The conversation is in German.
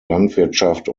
landwirtschaft